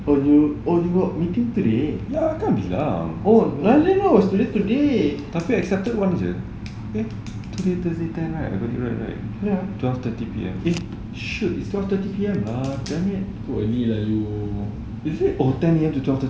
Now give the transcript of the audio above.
oh you got meeting today oh I didn't know today is today ya too early lah you